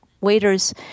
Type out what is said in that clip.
waiters